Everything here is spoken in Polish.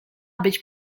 być